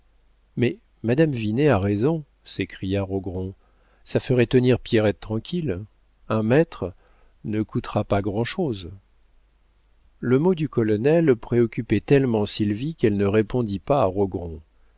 mais madame vinet a raison s'écria rogron ça ferait tenir pierrette tranquille un maître ne coûtera pas grand'chose le mot du colonel préoccupait tellement sylvie qu'elle ne répondit pas à